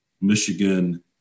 Michigan